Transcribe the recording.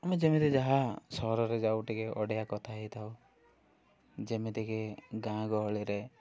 ଆମେ ଯେମିତି ଯାହା ସହରରେ ଯାଉ ଟିକେ ଓଡ଼ିଆ କଥା ହେଇଥାଉ ଯେମିତିକି ଗାଁ ଗହଳିରେ